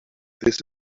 this